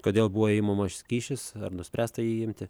kodėl buvo imamas kyšis ar nuspręsta jį imti